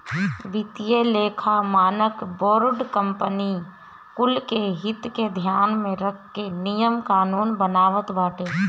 वित्तीय लेखा मानक बोर्ड कंपनी कुल के हित के ध्यान में रख के नियम कानून बनावत बाटे